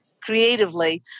creatively